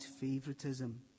favoritism